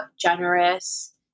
generous